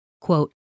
Quote